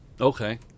Okay